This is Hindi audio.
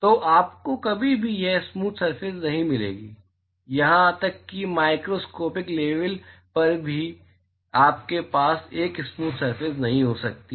तो आपको कभी भी एक स्मूथ सरफेस नहीं मिलेगी यहां तक कि माइक्रोस्कोपिक लेवल पर भी आपके पास एक स्मूथ सरफेस नहीं हो सकती है